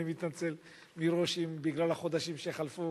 ואני מתנצל מראש אם בגלל החודשים שחלפו